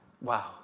wow